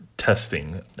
testing